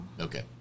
Okay